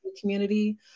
community